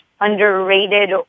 underrated